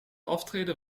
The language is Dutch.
aftreden